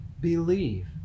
believe